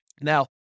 Now